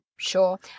Sure